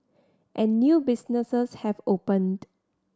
and new businesses have opened